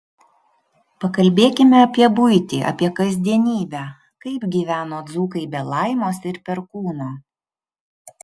pakalbėkime apie buitį apie kasdienybę kaip gyveno dzūkai be laimos ir perkūno